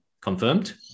confirmed